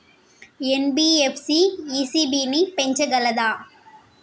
NBFC ECB ని పెంచగలదా?